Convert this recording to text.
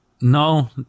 no